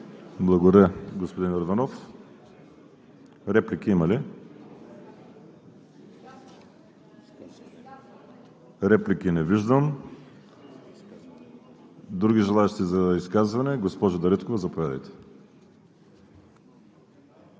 Благодаря, господин Йорданов. Реплики има ли? Не виждам. Други желаещи за изказвания? Госпожо Дариткова, заповядайте.